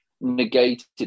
negated